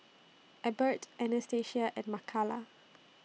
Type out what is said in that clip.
Ebert Anastacia and Makala